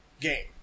game